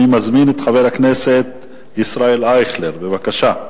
אני מזמין את חבר הכנסת ישראל אייכלר, בבקשה.